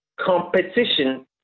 Competition